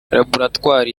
laboratwari